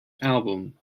album